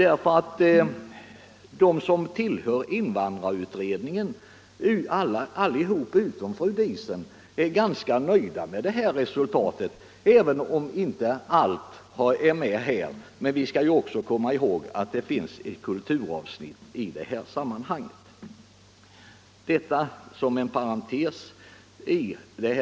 Alla de som tillhört invandrarutredningen med undantag av fru Diesen är ganska nöjda med det här resultatet, även om inte alla önskemål blir tillgodosedda. Vi skall emellertid komma ihåg att det också finns ett kulturavsnitt i dessa sammanhang. Detta sagt som en parentes.